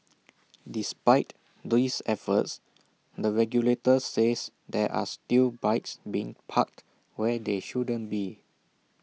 despite these efforts the regulator says there are still bikes being parked where they shouldn't be